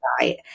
right